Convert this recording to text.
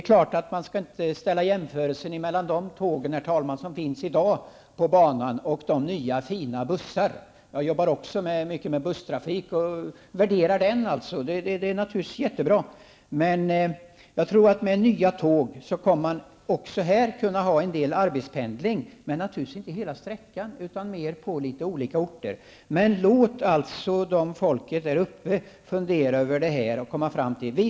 Man skall, herr talman, inte göra jämförelser mellan de tåg som i dag trafikerar banan och nya och fina bussar. Jag arbetar också med busstrafik och värderar den högt, men jag tror att man med nya typer av tåg här också kan få en del arbetspendling, naturligtvis inte efter hela sträckan utan på vissa orter. Låt folket där uppe fundera över det här och komma fram till någonting.